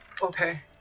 Okay